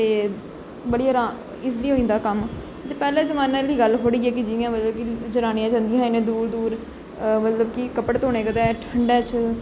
ते बड़ी आराम ईजली होई जंदा कम्म ते पैहले जमाने आहली गल्ल थोह्ड़ी ऐ कि जियां मतलब कि जनानियां जंदियां ही इन्नी दूर दूर मतलब कि कपडे़ धोने कदें ठंडें च